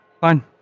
Fine